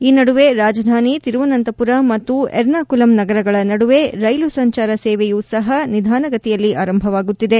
ಈ ನಡುವೆ ರಾಜಧಾನಿ ತಿರವುನಂತಪುರ ಮತ್ತು ಎರ್ನಾಕುಲಂ ನಗರಗಳ ನಡುವೆ ರೈಲು ಸಂಚಾರ ಸೇವೆಯೂ ಸಹ ನಿಧಾನಗತಿಯಲ್ಲಿ ಆರಂಭವಾಗುತ್ತಿದೆ